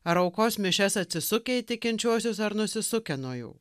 ar aukos mišias atsisukę į tikinčiuosius ar nusisukę nuo jų